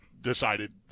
decided